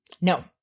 No